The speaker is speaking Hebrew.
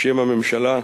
בשם הממשלה,